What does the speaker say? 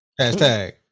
Hashtag